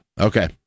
Okay